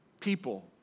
people